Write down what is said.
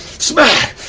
smack,